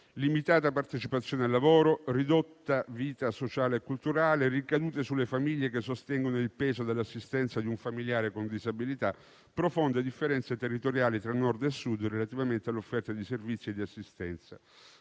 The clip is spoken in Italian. Limitata partecipazione al lavoro, ridotta vita sociale e culturale, ricadute sulle famiglie che sostengono il peso dell'assistenza di un familiare con disabilità, profonde differenze territoriali tra Nord e Sud relativamente all'offerta di servizi e assistenza: